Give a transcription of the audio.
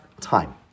time